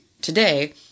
today